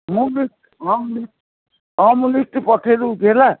ମୁଁ ଲିଷ୍ଟ ହଁ ଲି ହଁ ମୁଁ ଲିଷ୍ଟ ପଠେଇ ଦେଉଛି ହେଲା